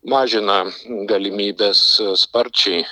mažina galimybes sparčiai